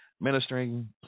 ministering